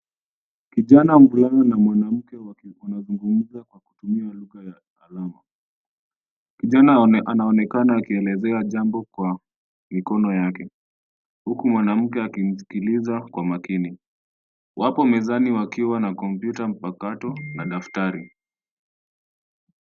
Kijana mvulana na mwanamke wanazungumza kwa kutumia lugha ya alama. Kijana anaonekana akielezea jambo kwa mikono yake, huku mwanamke akimsikiliza kwa makini. Wapo mezani wakiwa na kompyuta mpakato na daftari.